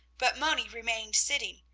but moni remained sitting,